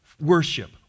Worship